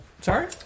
Sorry